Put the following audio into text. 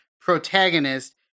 protagonist